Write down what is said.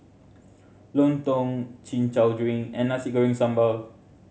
lontong Chin Chow drink and Nasi Goreng Sambal